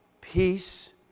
peace